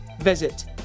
Visit